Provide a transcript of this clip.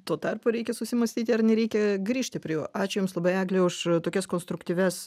tuo tarpu reikia susimąstyti ar nereikia grįžti prie jų ačiū jums labai egle už tokias konstruktyvias